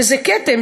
וזה כתם.